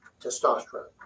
testosterone